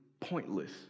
pointless